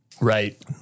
Right